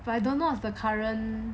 but I don't know if the current